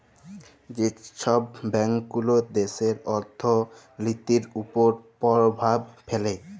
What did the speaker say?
যে ছব ব্যাংকগুলা দ্যাশের অথ্থলিতির উপর পরভাব ফেলে